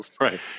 right